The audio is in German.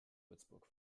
würzburg